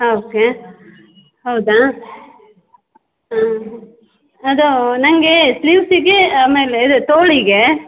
ಹಾಂ ಓಕೆ ಹೌದಾ ಹಾಂ ಅದು ನನಗೆ ಸ್ಲೀವ್ಸಿಗೆ ಆಮೇಲೆ ಇದು ತೋಳಿಗೆ